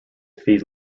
feed